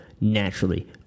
naturally